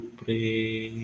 pray